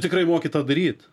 tikrai moki tą daryt